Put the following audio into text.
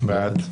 מי נגד?